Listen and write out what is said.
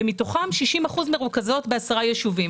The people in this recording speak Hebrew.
ומתוכן 60% מרוכזות בעשרה ישובים.